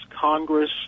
Congress